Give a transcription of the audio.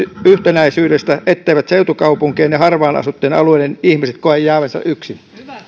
yhtenäisyydestä etteivät seutukaupunkien ja harvaan asuttujen alueiden ihmiset koe jäävänsä yksin